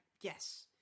yes